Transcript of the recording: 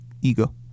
ego